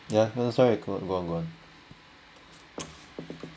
ya that's why go on go on